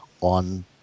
on